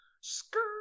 Skirt